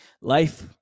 Life